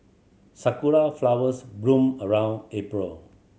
sakura flowers bloom around April